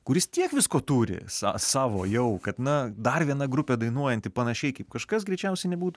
kuris tiek visko turi savo jau kad na dar viena grupė dainuojanti panašiai kaip kažkas greičiausiai nebūtų